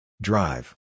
Drive